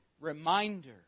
reminder